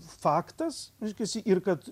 faktas reiškiasi ir kad